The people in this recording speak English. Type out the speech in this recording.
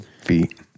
feet